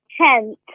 tent